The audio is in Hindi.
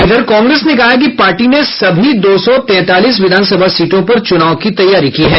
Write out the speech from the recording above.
इधर कांग्रेस ने कहा है कि पार्टी ने सभी दो सौ तैंतालीस विधानसभा सीटों पर चुनाव की तैयारी की है